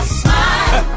smile